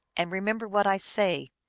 and remember what i say.